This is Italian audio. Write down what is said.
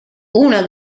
una